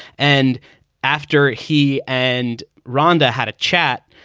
and after he and rhonda had a chat,